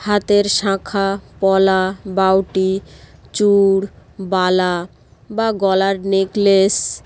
হাতের শাঁখা পলা বাউটি চুর বালা বা গলার নেকলেস